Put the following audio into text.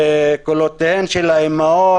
קולותיהן של האימהות,